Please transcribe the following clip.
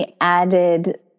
added